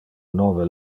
nove